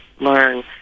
learn